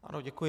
Ano, děkuji.